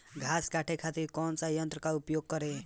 घास काटे खातिर कौन सा यंत्र का उपयोग करें?